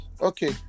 Okay